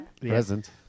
Present